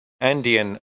Andean